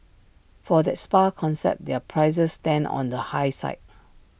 for that spa concept their prices stand on the high side